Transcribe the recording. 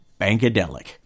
Bankadelic